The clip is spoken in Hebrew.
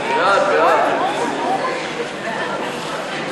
ימי חופשה לפי בחירת העובד),